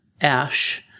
ash